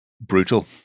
brutal